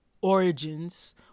origins